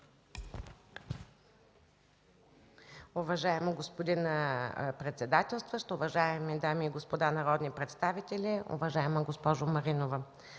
Уважаеми господин председателстващ, уважаеми дами и господа народни представители, уважаема госпожо Маринова!